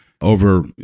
over